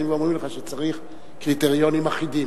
באים ואומרים לך שצריך קריטריונים אחידים.